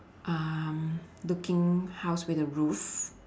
um looking house with a roof